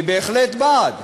אני בהחלט בעד,